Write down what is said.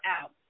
out